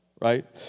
right